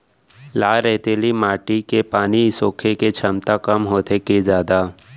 लाल रेतीली माटी के पानी सोखे के क्षमता कम होथे की जादा?